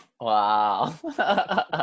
Wow